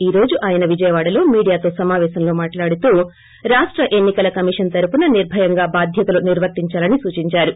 ఈ రోజు ఆయన విజయవాడలో మీడియాతో సమాపేశంలో మాట్లాడుతూ రాష్ట ఎన్ని కల కమిషన్ తరపున నిర్భయంగా బాధ్యతలు నిర్వర్తించాలని సూచించారు